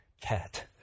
cat